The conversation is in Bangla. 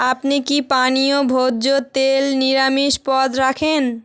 আপনি কি পানীয় ভোজ্য তেল নিরামিষ পদ রাখেন